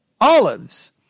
Olives